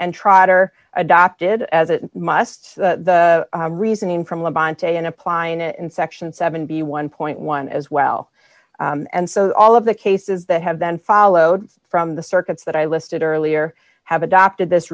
trotter adopted as a must the reasoning from labonte and applying it in section seven b one point one as well and so all of the cases that have been followed from the circuits that i listed earlier have adopted this